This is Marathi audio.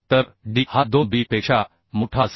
तर d हा 2b पेक्षा मोठा असावा